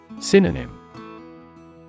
Synonym